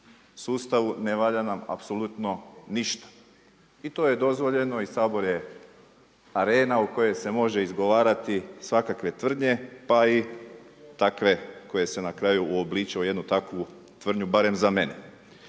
sustavu ne valja nam apsolutno ništa. I to je dozvoljeno i Sabor je arena u kojoj se može izgovarati svakakve tvrdnje pa i takve koje se na kraju uobličuju u jednu takvu tvrdnju barem za mene.